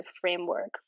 framework